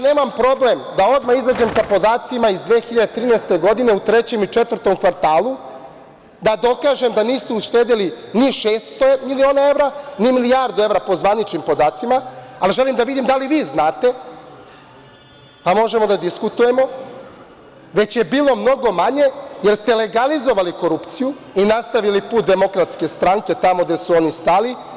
Nemam problem da odmah izađem sa podacima iz 2013. godine, u trećem i četvrtom kvartalu, da dokažem da niste uštedeli ni 600 miliona evra, ni milijardu evra, po zvaničnim podacima, ali želim da vidim da li vi znate, pa možemo da diskutujemo, već je bilo mnogo manje, jer ste legalizovali korupciju i nastavili put DS, tamo gde su oni stali.